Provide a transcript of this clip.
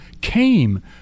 came